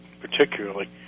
particularly